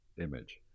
image